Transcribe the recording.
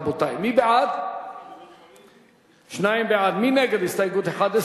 רבותי, הסתייגות מס' 8. מי בעד הסתייגות 8?